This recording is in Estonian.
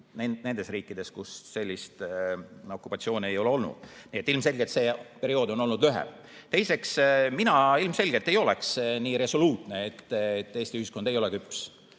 nendes riikides, kus sellist okupatsiooni ei ole olnud. Nii et ilmselgelt see periood on olnud lühem. Teiseks, mina ei oleks nii resoluutne, et Eesti ühiskond ei ole küps.